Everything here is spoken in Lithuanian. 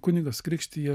kunigas krikštija